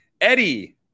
Eddie